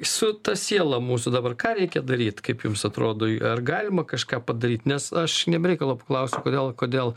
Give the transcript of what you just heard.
su ta siela mūsų dabar ką reikia daryt kaip jums atrodo ar galima kažką padaryt nes aš ne be reikalo paklausiau kodėl kodėl